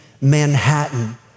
Manhattan